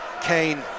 Kane